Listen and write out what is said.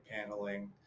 paneling